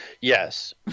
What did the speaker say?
Yes